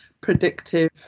predictive